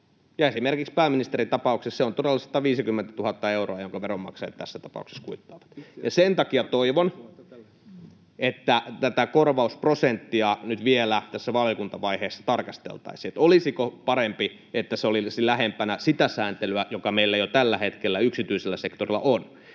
Esimerkiksi pääministerin tapauksessa se on todella 150 000 euroa, jonka veronmaksajat tässä tapauksessa kuittaavat. Sen takia toivon, että tätä korvausprosenttia nyt vielä tässä valiokuntavaiheessa tarkasteltaisiin, että olisiko parempi, että se olisi lähempänä sitä sääntelyä, joka meillä jo tällä hetkellä yksityisellä sektorilla on.